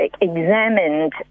examined